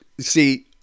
see